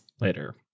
later